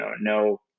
no